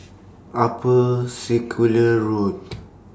Upper Circular Road